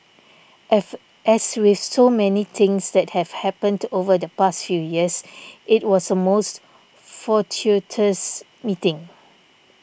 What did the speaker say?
as as with so many things that have happened over the past few years it was a most fortuitous meeting